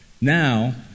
Now